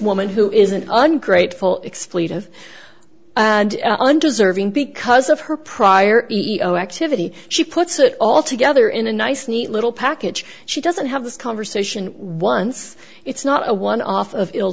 woman who is an ungrateful exploitive undeserving because of her prior e e o activity she puts it all together in a nice neat little package she doesn't have this conversation once it's not a one off of ill